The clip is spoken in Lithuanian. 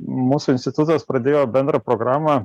mūsų institutas pradėjo bendrą programą